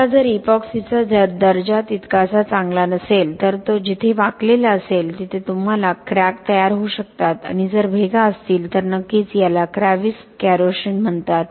आता जर इपॉक्सीचा दर्जा तितकासा चांगला नसेल तर तो जिथे वाकलेला असेल तिथे तुम्हाला क्रॅक तयार होऊ शकतात आणि जर भेगा असतील तर नक्कीच याला क्रॅव्हिस कॉरोशन म्हणतात